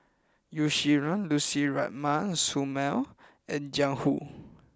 Yeo Shih Yun Lucy Ratnammah Samuel and Jiang Hu